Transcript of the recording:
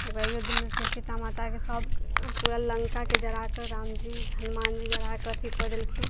ओहि युद्धमे सीतामाताके सब पूरा लङ्काके जराकऽ रामजी हनुमानजी जराक अथी कऽ देलखिन